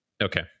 Okay